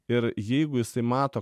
ir jeigu jisai mato